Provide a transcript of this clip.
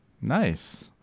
Nice